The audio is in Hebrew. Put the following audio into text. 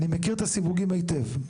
אני מכיר את הסיווגים היטב.